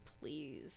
Please